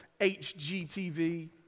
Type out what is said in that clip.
HGTV